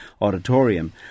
Auditorium